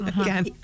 again